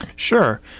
Sure